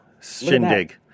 shindig